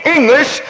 English